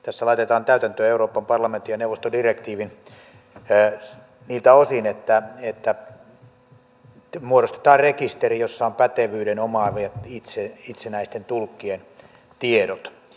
tässä laitetaan täytäntöön euroopan parlamentin ja neuvoston direktiivi niiltä osin että muodostetaan rekisteri jossa on pätevyyden omaavien itsenäisten tulkkien tiedot